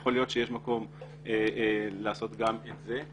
יכול להיות שיש מקום לעשות גם את זה.